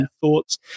thoughts